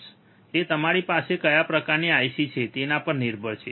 તે તમારી પાસે કયા પ્રકારની IC છે તેના પર નિર્ભર છે